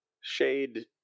Shade